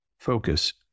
focus